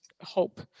hope